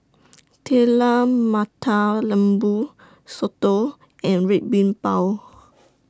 Telur Mata Lembu Soto and Red Bean Bao